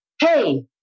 hey